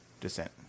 descent